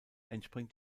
entspringt